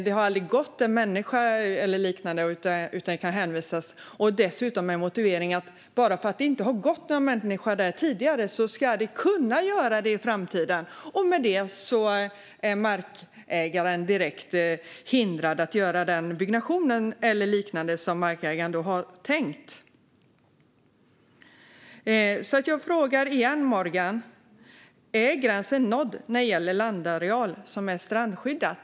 Det har aldrig gått en människa där, men man motiverar det med att någon ska kunna göra det i framtiden. Utifrån detta är markägaren direkt förhindrad att göra den byggnation eller liknande som markägaren har tänkt. Jag frågar Morgan Johansson igen: Är gränsen nådd när det gäller landareal som är strandskyddad?